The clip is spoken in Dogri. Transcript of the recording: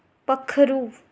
पक्खरू